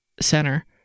center